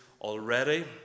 already